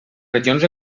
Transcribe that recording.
regions